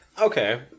Okay